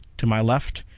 to my left,